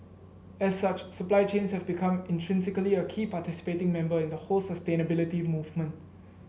as such supply chains have become intrinsically a key participating member in the whole sustainability movement